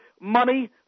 money